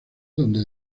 donde